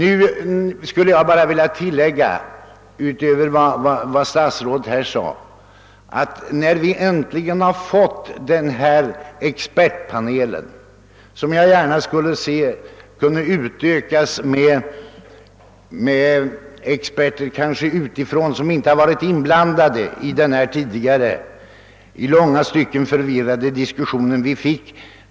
Utöver det som statsrådet här anfört vill jag tillägga att nu får vi äntligen en expertpanel, vilken jag gärna skulle se utökad med experter utifrån som inte har varit inblandade i den tidigare i långa stycken förvirrade diskussionen.